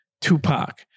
Tupac